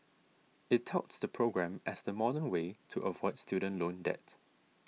it touts the program as the modern way to avoid student loan debt